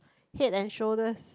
head-and-shoulders